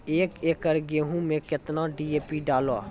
एक एकरऽ गेहूँ मैं कितना डी.ए.पी डालो?